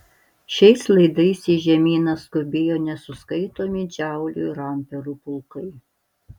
šiais laidais į žemyną skubėjo nesuskaitomi džaulių ir amperų pulkai